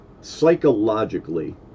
psychologically